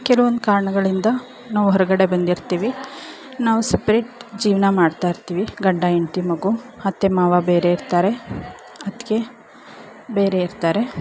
ಕೆಲವೊಂದು ಕಾರಣಗಳಿಂದ ನಾವು ಹೊರಗಡೆ ಬಂದಿರ್ತೀವಿ ನಾವು ಸಪ್ರೇಟ್ ಜೀವನ ಮಾಡ್ತಾಯಿರ್ತೀವಿ ಗಂಡ ಹೆಂಡ್ತಿ ಮಗು ಅತ್ತೆ ಮಾವ ಬೇರೆ ಇರ್ತಾರೆ ಅತ್ತಿಗೆ ಬೇರೆ ಇರ್ತಾರೆ